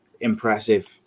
impressive